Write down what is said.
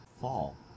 Fall